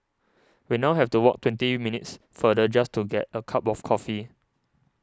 we now have to walk twenty minutes farther just to get a cup of coffee